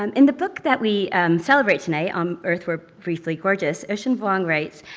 um in the book that we celebrate tonight, on earth we're briefly gorgeous, ocean vuong writes,